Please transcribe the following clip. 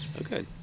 okay